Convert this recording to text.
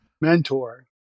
mentor